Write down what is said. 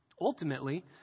Ultimately